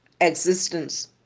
existence